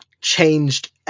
changed